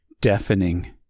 deafening